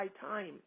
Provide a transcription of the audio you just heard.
time